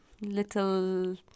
little